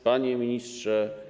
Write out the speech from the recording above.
Panie Ministrze!